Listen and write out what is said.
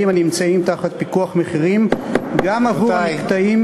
הנמצאים תחת פיקוח מחירים גם עבור המקטעים